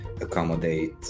accommodate